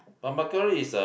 but mackerel is a